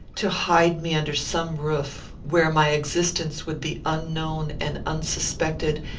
to hide me under some roof, where my existence would be unknown and unsuspected,